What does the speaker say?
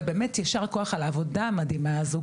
ובאמת יישר כוח על העבודה המדהימה הזו.